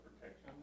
protection